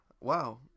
Wow